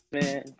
man